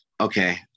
okay